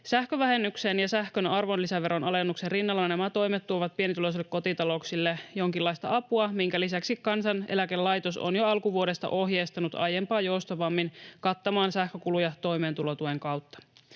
Sähkövähennyksen ja sähkön arvonlisäveron alennuksen rinnalla nämä toimet tuovat pienituloisille kotitalouksille jonkinlaista apua, minkä lisäksi Kansaneläkelaitos on jo alkuvuodesta ohjeistanut aiempaa joustavammin kattamaan sähkökuluja toimeentulotuen kautta.